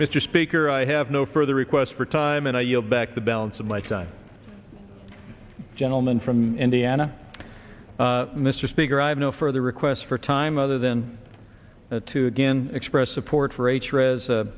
mr speaker i have no further requests for time and i yield back the balance of my time gentleman from indiana mr speaker i have no further requests for time other than to again express support for